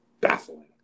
baffling